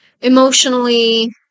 emotionally